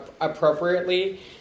appropriately